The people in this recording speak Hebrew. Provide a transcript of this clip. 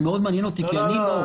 זה מאוד מעניין אותי כי אני פה.